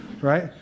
right